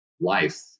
life